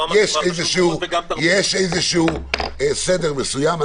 יש סדר מסוים.